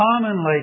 commonly